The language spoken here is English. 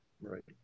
Right